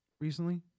recently